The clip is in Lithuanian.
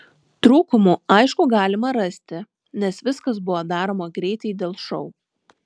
trūkumų aišku galima rasti nes viskas buvo daroma greitai dėl šou